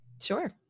sure